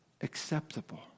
acceptable